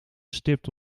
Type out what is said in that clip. stipt